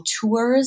tours